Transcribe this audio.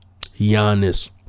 Giannis